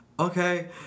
okay